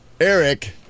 Eric